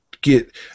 get